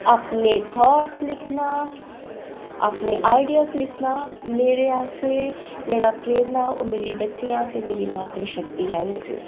अपने थॉट लिखना अपने आइडिया लिखना मेरे आस्तै जेह्ड़ी प्रेरणा ओह् मेरी बच्चियां ते मेरी मातृ शक्ति ऐ एह्दे च